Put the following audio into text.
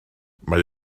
mae